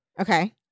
Okay